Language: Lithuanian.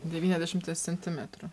devyniasdešimties centimetrų